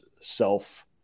self